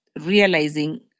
realizing